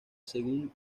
según